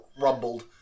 Rumbled